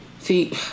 See